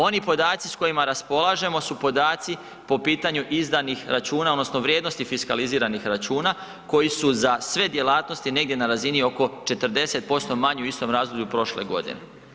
Oni podaci s kojima raspolažemo su podaci po pitanju izdanih računa odnosno vrijednosti fiskaliziranih računa koji su za sve djelatnosti negdje na razini oko 40% manji u istom razdoblju prošle godine.